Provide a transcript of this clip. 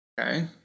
Okay